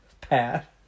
Pat